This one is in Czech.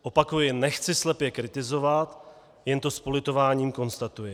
Opakuji, nechci slepě kritizovat, jen to s politováním konstatuji.